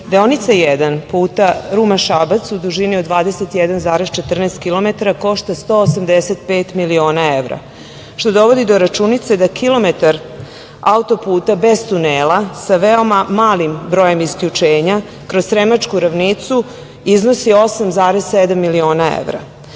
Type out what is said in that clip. deonica 1 puta Ruma – Šabac u dužini od 21,14 kilometara košta 185 miliona evra, što dovodi do računice da kilometar auto-puta bez tunela sa veoma malim brojem isključenja kroz sremačku ravnicu iznosi 8,7 miliona evra.